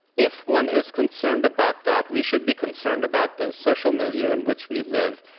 if one is concerned about that, we should be concerned about the social milieu in which we live.